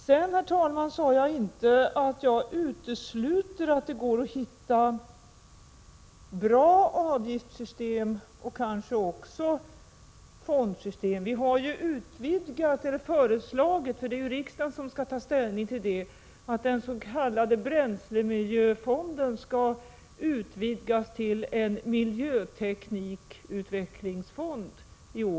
Sedan, herr talman, sade jag inte att jag utesluter att det går att hitta bra avgiftssystem och kanske fondsystem. Vi har i årets budgetproposition föreslagit att den s.k. bränslemiljöfonden skall utvidgas till en miljöteknikutvecklingsfond.